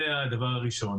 זה הדבר הראשון.